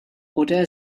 oder